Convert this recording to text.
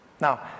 Now